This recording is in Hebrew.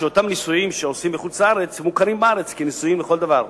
שאותם נישואים בחוץ-לארץ מוכרים בארץ כנישואים לכל דבר.